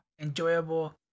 Enjoyable